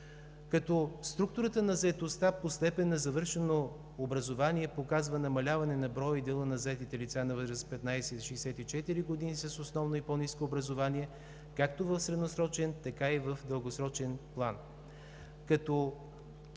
като структурата на заетостта по степен на завършено образование показва намаляване на броя и дела на заетите лица на възраст 15 – 64 години с основно и по-ниско образование, както в средносрочен, така и в дългосрочен план.